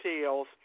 sales